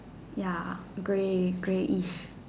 ya grey greyish